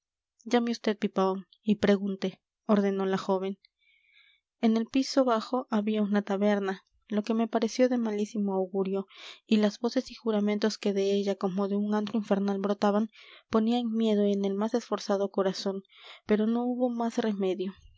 llame vd pipaón y pregunte ordenó la joven en el piso bajo había una taberna lo que me pareció de malísimo augurio y las voces y juramentos que de ella como de un antro infernal brotaban ponían miedo en el más esforzado corazón pero no hubo más remedio